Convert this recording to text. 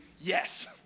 yes